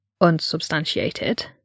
unsubstantiated